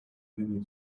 menu